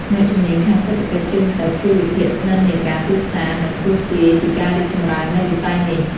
អ្នកជំនាញខាងសេដ្ឋកិច្ចជើងទឹក ជួយវិភាគនិន្នាការទីផ្សារ និងទស្សន៍ទាយពីការរីកចម្រើននៃវិស័យនេះ។